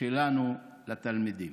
שלנו לתלמידים.